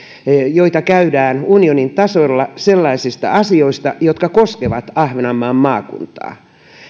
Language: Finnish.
joita käydään unionin tasolla sellaisista asioista jotka koskevat ahvenanmaan maakuntaa